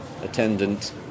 attendant